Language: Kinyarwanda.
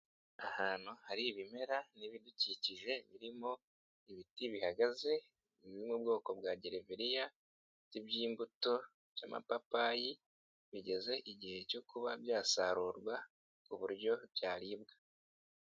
Ahantu hari ibimera n'ibidukikije birimo ibiti bihagaze biri mu bwoko bwa gereveriya, ibiti by'imbuto by'amapapayi bigeze igihe cyo kuba byasarurwa ku buryo byaribwa.